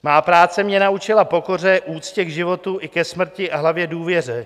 Má práce mě naučila pokoře, úctě k životu i ke smrti a hlavně důvěře.